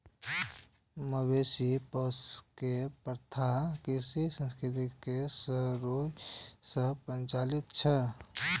मवेशी पोसै के प्रथा कृषि संस्कृति के शुरूए सं प्रचलित छै